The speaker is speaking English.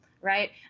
right